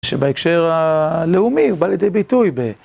שבהקשר הלאומי, הוא בא לידי ביטוי.